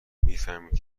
میفهمید